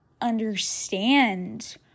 understand